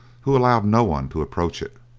who allowed no one to approach it,